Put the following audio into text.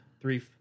three